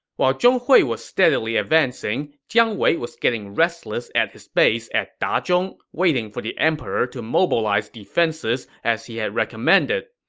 while zhong hui was steadily advancing, jiang wei was getting restless at his base at dazhong, waiting for the emperor to mobilize defenses as he had recommended.